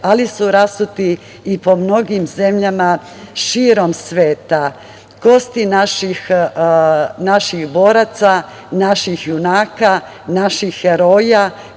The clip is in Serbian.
ali su rasuti i po mnogim zemljama širom sveta. Kosti naših boraca, naših junaka, naših heroja